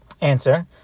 answer